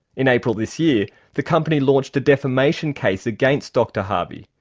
in april this year the company launched a defamation case against dr harvey.